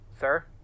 Sir